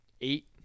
eight